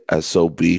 SOB